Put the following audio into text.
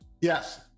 yes